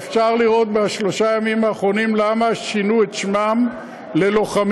אפשר לראות בשלושת הימים האחרונים למה שינו את שמם ללוחמים.